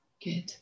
Good